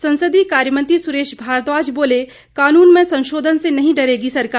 संसदीय कार्य मंत्री सुरेश मारद्वाज बोले कानून में संशोधन से नहीं डरेगी सरकार